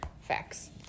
facts